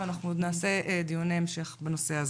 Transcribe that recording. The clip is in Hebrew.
ואנחנו עוד נעשה דיוני המשך בנושא הזה.